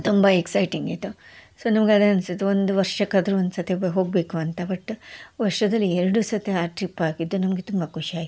ತುಂಬಾ ಎಕ್ಸೈಟಿಂಗ್ ಇದು ಸೋ ನಮ್ಗೆ ಅದೇ ಅನ್ಸಿತ್ತು ಒಂದು ವರ್ಷಕ್ಕಾದರೂ ಒಂದ್ಸತಿ ಹೋಗಬೇಕು ಅಂತ ಬಟ್ ವರ್ಷದಲ್ಲಿ ಎರಡು ಸರ್ತಿ ಆ ಟ್ರಿಪ್ ಆಗಿದ್ದು ನಮಗೆ ತುಂಬಾ ಖುಷಿ ಆಯ್ತು